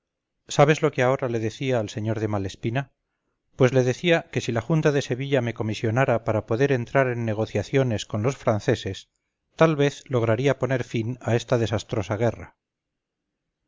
sabes lo que ahora le decía al sr de malespina pues le decía que si la junta de sevilla me comisionara para entrar en negociaciones con los franceses tal vez lograría poner fin a esta desastrosa guerra